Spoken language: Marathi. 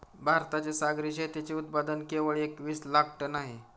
भारताचे सागरी शेतीचे उत्पादन केवळ एकवीस लाख टन आहे